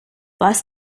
was